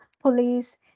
police